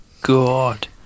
God